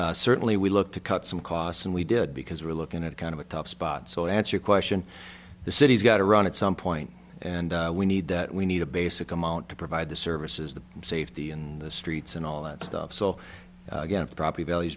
certainly we look to cut some costs and we did because we're looking at kind of a tough spot so answer a question the city's got to run at some point and we need that we need a basic amount to provide the services the safety in the streets and all that stuff so you get the property values